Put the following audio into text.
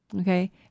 Okay